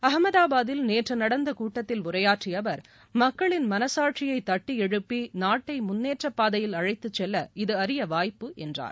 அகமதாபாதில் நேற்று நடந்த கூட்டத்தில் உரையாற்றிய அவர் மக்களின் மனசாட்சியை தட்டிஎழு்ப்பி நாட்டை முன்னேற்ற பாதையில் அழைத்து செல்ல இது அறிய வாய்ப்பு என்றார்